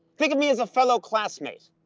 think of me as a fellow classmate,